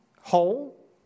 whole